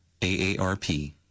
AARP